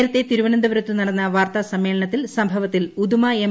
നേരത്തെ തിരുവനന്തപുരത്ത് നടന്ന വാർത്താ സമ്മേളനത്തിൽ സംഭവത്തിൽ ഉദുമ എം